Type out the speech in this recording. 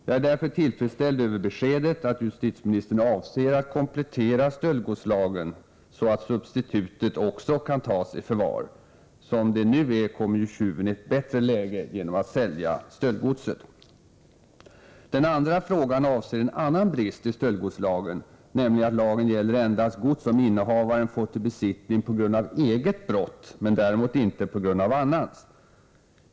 Jag är därför tillfredsställd över beskedet att justitieministern avser att komplettera stöldgodslagen så att substitutet också kan tas i förvar. Som det nu är kommer tjuven i ett bättre läge genom att sälja stöldgodset. Den andra frågan avser en annan brist i stöldgodslagen, nämligen att lagen gäller endast gods som innehavaren fått i besittning på grund av eget brott men däremot inte på grund av annans.